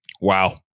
Wow